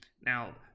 Now